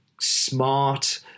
smart